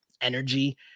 energy